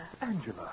Angela